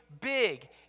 big